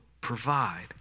provide